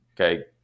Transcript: Okay